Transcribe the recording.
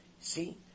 see